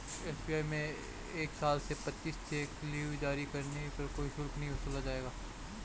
SBI में एक साल में पच्चीस चेक लीव जारी करने पर कोई शुल्क नहीं वसूला जाएगा